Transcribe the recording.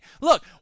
look